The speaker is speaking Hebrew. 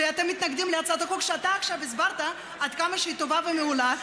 שאתם מתנגדים להצעת החוק שאתה עכשיו הסברת עד כמה שהיא טובה ומעולה,